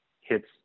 hits